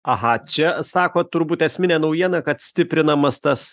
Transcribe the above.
aha čia sakot turbūt esminė naujiena kad stiprinamas tas